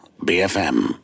BFM